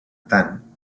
tant